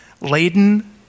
laden